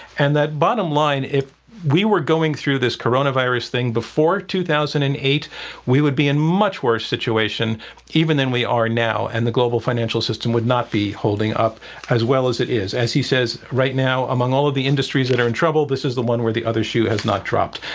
and that bottom line if we were going through this coronavirus thing before two thousand and eight we would be in much worst situation even than we are now. and the global financial system would not be holding up as well as it is. as he says, right now among all of the industries that are in trouble, this is the one where the other shoe has not dropped.